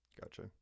gotcha